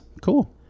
cool